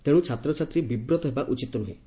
ତେଣ୍ସ ଛାତ୍ରଛାତ୍ରୀ ବିବ୍ରତ ହେବା ଉଚିତ ନୁହେଁ